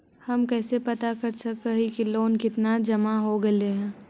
हम कैसे पता कर सक हिय की लोन कितना जमा हो गइले हैं?